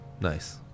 Nice